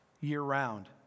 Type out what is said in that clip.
year-round